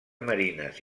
marines